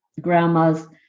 grandmas